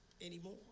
anymore